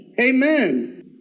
Amen